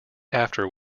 after